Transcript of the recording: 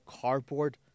cardboard